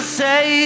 say